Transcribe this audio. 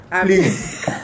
please